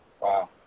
Wow